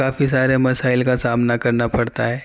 کافی سارے مسائل کا سامنا کرنا پڑتا ہے